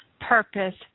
purpose